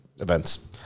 events